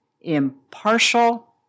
impartial